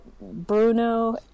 Bruno